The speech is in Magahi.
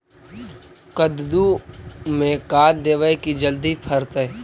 कददु मे का देबै की जल्दी फरतै?